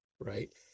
Right